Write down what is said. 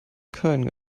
kein